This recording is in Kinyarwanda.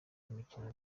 y’imikino